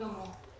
גמור.